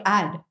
add